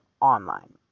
online